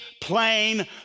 plain